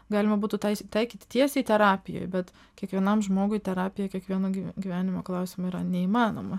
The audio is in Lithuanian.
galima būtų taisy taikyti tiesiai terapijoj bet kiekvienam žmogui terapija kiekvienam gy gyvenimo klausimu yra neįmanoma